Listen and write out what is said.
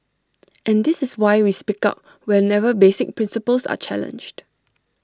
and this is why we speak up whenever basic principles are challenged